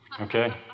Okay